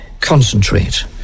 Concentrate